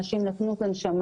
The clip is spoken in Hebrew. אנשים באים לתת את הנשמה,